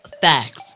facts